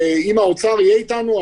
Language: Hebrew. אם האוצר יהיה איתנו,